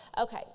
Okay